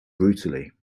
brutally